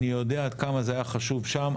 אני יודע עד כמה זה היה חשוב שם,